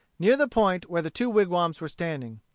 near the point where the two wigwams were standing.